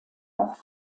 auch